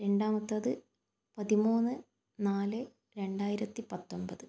രണ്ടാമത്തേത് പതിമൂന്ന് നാല് രണ്ടായിരത്തിപ്പത്തൊൻപത്